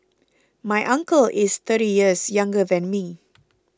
my uncle is thirty years younger than me